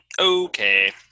Okay